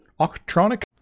octronic